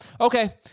Okay